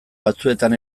batzuetan